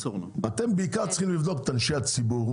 אתם בעיקר צריכים לבדוק את אנשי הציבור,